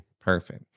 Perfect